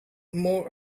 more